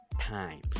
time